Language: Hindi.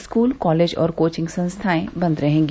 स्कूल कॉलेज और कोचिंग संस्थाए बंद रहेगी